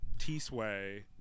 T-Sway